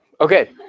Okay